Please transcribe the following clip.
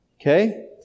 Okay